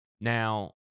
Now